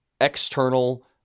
external